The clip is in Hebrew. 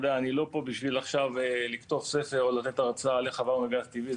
אני לא פה בשביל עכשיו לכתוב ספר או לתת הרצאה על איך עברנו לגז טבעי.